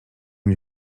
nie